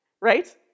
right